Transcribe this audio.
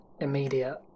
immediate